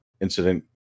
incident